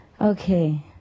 Okay